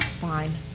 fine